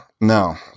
No